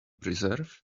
preserve